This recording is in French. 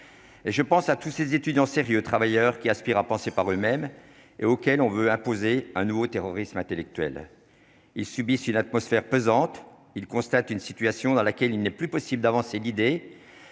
et je pense à tous ces étudiants, c'est vieux travailleurs qui aspirent à penser par eux-mêmes et auquel on veut imposer un nouveau terrorisme intellectuel, ils subissent une atmosphère pesante, il constate une situation dans laquelle il n'est plus possible d'avancer l'idée